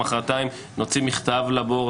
מוחרתיים נוציא מכתב ל-Board.